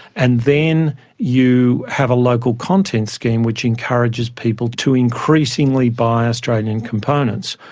and then you have a local content scheme which encourages people to increasingly buy australian components.